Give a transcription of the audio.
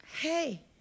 hey